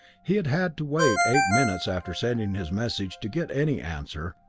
he had had to wait eight minutes after sending his message to get any answer,